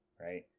right